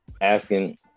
asking